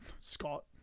scott